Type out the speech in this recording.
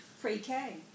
Pre-K